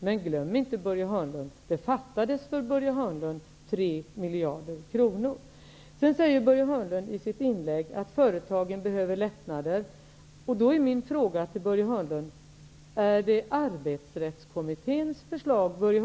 Men glöm inte, Börje Hörnlund, att det fattades 3 miljarder kronor! Sedan säger Börje Hörnlund i sitt inlägg att företagen behöver lättnader. Då är min fråga: Är det Arbetsrättskommitténs förslag som avses?